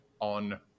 on